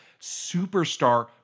superstar